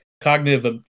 cognitive